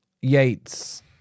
Yates